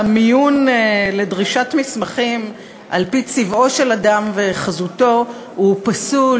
המיון לדרישת מסמכים על-פי צבעו של אדם וחזותו הוא פסול,